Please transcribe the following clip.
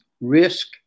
risk